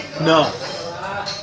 No